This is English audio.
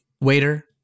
waiter